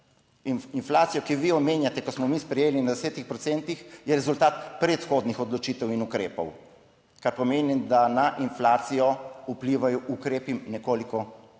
in inflacija, ki jo vi omenjate, ko smo mi sprejeli na 10 procentih, je rezultat predhodnih odločitev in ukrepov, kar pomeni, da na inflacijo vplivajo ukrepi nekoliko kasneje,